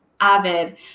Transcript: avid